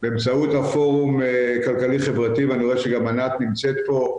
באמצעות הפורום כלכלי-חברתי ואני רואה שגם ענת נמצאת פה,